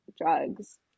drugs